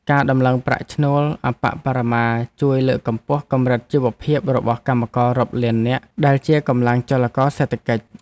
ការដំឡើងប្រាក់ឈ្នួលអប្បបរមាជួយលើកកម្ពស់កម្រិតជីវភាពរបស់កម្មកររាប់លាននាក់ដែលជាកម្លាំងចលករសេដ្ឋកិច្ច។